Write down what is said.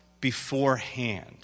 beforehand